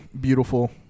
Beautiful